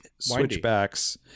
switchbacks